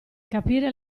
capire